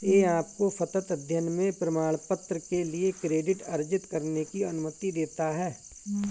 यह आपको सतत अध्ययन में प्रमाणपत्र के लिए क्रेडिट अर्जित करने की अनुमति देता है